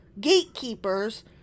gatekeepers